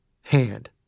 hand